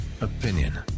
opinion